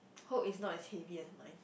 hope it's not as heavy as mine